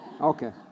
Okay